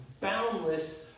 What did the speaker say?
Boundless